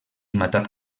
matat